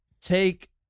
take